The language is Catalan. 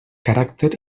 caràcter